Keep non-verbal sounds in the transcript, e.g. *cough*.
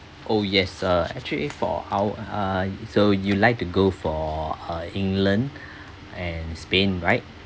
oh yes uh actually for how uh so you like to go for uh england *breath* and spain right